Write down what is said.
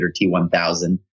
T1000